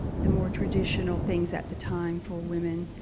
the more traditional things at the time for women.